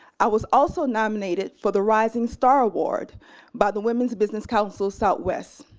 i was also nominated for the rising star award by the women's business council southwest.